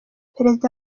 perezida